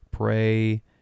pray